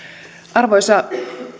arvoisa